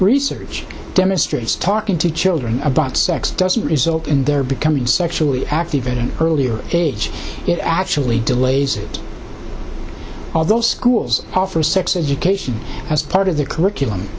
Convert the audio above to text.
research demonstrates talking to children about sex doesn't result in their becoming sexually active in an earlier age it actually delays it although schools offer sex education as part of the curriculum